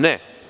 Ne.